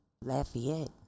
Lafayette